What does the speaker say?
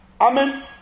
Amen